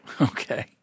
Okay